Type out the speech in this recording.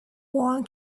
one